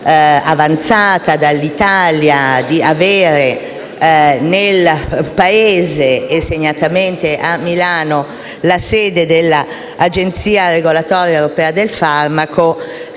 avanzata dall'Italia per avere nel Paese e, segnatamente, a Milano la sede dell'Agenzia europea del farmaco